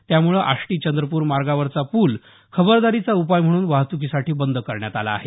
त्यामुळे आष्टी चंद्रपूर मार्गावरचा पूल खबरदारीचा उपाय म्हणून वाहतुकीसाठी बंद करण्यात आला आहे